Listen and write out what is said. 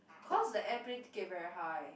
cause the airplane ticket very high